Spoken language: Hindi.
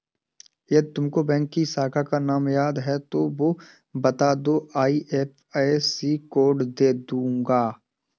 यदि तुमको बैंक की शाखा का नाम याद है तो वो बता दो, आई.एफ.एस.सी कोड में देख लूंगी